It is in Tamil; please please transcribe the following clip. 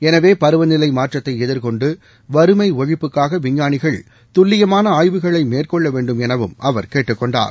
எனவே பருவநிலை மாற்றத்தை எதிர்கொண்டு வறுமை ஒழிப்புக்காக விஞ்ஞானிகள் துல்லியமான ஆய்வுகளை மேற்கொள்ள வேண்டும் எனவும் அவர் கேட்டுக் கொண்டார்